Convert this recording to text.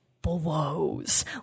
blows